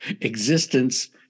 existence